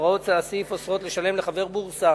הוראות הסעיף אוסרות לשלם לחבר בורסה